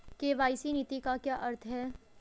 KYC नीति का क्या अर्थ है?